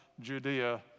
Judea